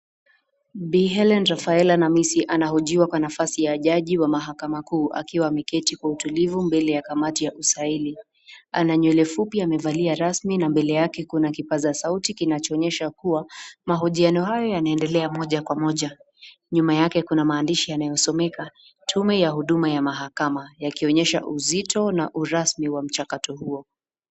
B. Helen Rafaela Hamisi anahojiwa kwa nafasi ya jaji wa mahakama kuu akiwa ameketi kwa utulivu mbele ya kamati ya kusaili. Ana nywele fupi, amevalia rasmi na mbele yake kuna kipaza sauti kinachonyesha kuwa mahojiano haya yanaendelea moja kwa moja. Nyuma yake kuna maandishi yanayosomeka ,tume ya huduma ya mahakama, yakionyesha uzito na urasmi wa mchakato huo.